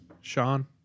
Sean